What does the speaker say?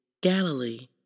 Galilee